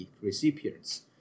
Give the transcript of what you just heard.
recipients